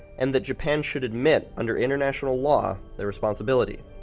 and that japan should admit, under international law, their responsibility.